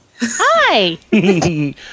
Hi